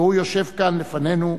והוא יושב כאן לפנינו,